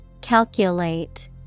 Calculate